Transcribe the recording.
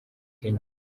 kenya